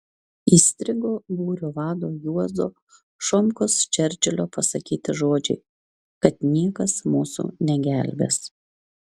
įstrigo būrio vado juozo šomkos čerčilio pasakyti žodžiai kad niekas mūsų negelbės